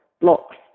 blocks